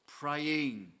Praying